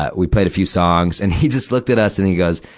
ah we played a few songs. and he just looked at us, and he goes,